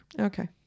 Okay